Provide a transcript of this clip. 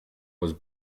was